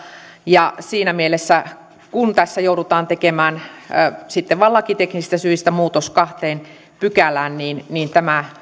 ja siinä mielessä kun tässä joudutaan tekemään vain lakiteknisistä syistä muutos kahteen pykälään tämä